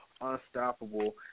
Unstoppable